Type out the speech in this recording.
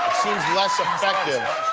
less effective.